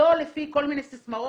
לא לפי כל מיני סיסמאות,